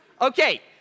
Okay